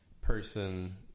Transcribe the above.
person